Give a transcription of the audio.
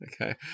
Okay